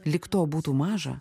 lyg to būtų maža